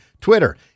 Twitter